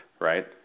right